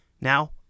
Now